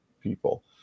people